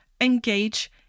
engage